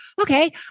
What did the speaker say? okay